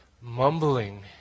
mumbling